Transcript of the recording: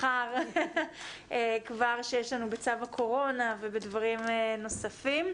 מחר כבר שיש לנו בצו הקורונה ובדברים נוספים.